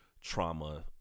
trauma